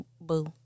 boo